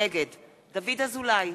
נגד דוד אזולאי,